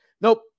Nope